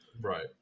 Right